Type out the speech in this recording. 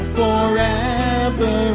forever